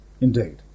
Indeed